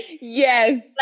yes